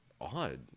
odd